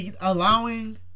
allowing